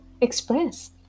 express